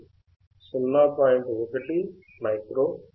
1 micro farad